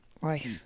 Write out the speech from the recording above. Right